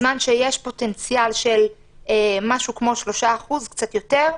בזמן שיש פוטנציאל של משהו כמו 3% או קצת יותר,